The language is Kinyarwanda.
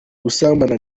gusambana